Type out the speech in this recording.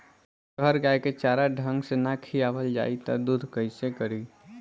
लगहर गाय के चारा ढंग से ना खियावल जाई त दूध कईसे करी